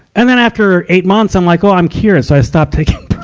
and then after eight months, i'm like, well, i'm cured. so i stopped taking